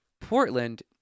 Portland